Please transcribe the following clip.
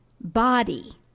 body